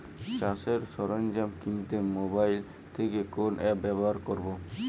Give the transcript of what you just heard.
চাষের সরঞ্জাম কিনতে মোবাইল থেকে কোন অ্যাপ ব্যাবহার করব?